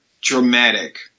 dramatic